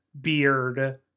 beard